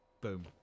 Boom